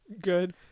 Good